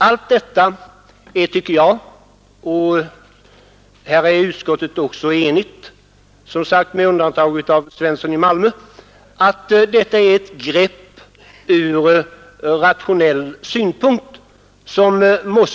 Allt detta är — och om den saken är utskottet också enigt, som sagt med undantag av herr Svensson i Malmö — ett grepp som måste vara fördelaktigt ur rationell synpunkt.